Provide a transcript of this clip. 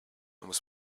was